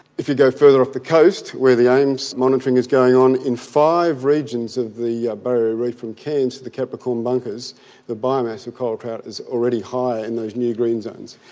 if you go further up the coast where the aims monitoring is going on, in five regions of the ah barrier reef from cairns to the capricorn-bunkers the biomass of coral trout is already higher in those new green zones.